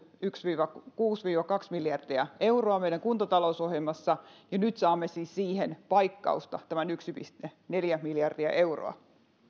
yksi pilkku kuusi viiva kaksi miljardia euroa meidän kuntatalousohjelmassa ja nyt saamme siis siihen paikkausta tämän yksi pilkku neljä miljardia euroa